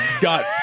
got